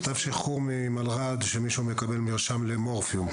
מכתב שחרור ממלר"ד, שמישהו מקבל מרשם למורפיום.